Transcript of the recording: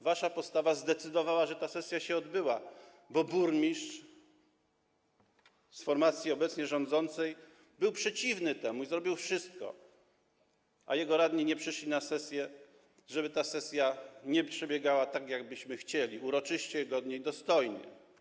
Wasza postawa zdecydowała o tym, że ta sesja się odbyła, bo burmistrz z formacji obecnie rządzącej był temu przeciwny i zrobił wszytko - a jego radni nie przyszli na sesję - żeby ta sesja nie przebiegała tak, jak byśmy chcieli, uroczyście, godnie i dostojnie.